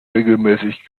regelmäßig